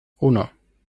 uno